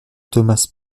thomas